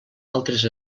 altres